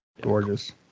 gorgeous